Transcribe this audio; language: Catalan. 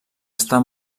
estar